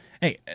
hey